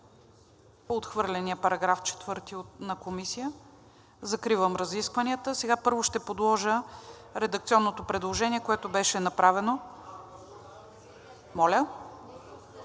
отхвърления § 4 на Комисията? Закривам разискванията. Сега първо ще подложа редакционното предложение, което беше направено.